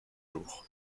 jour